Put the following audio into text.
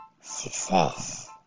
Success